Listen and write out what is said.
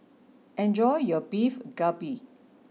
enjoy your Beef Galbi